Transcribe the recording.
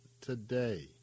today